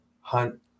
Hunt